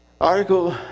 Article